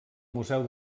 museu